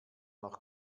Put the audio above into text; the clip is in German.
noch